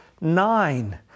nine